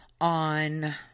on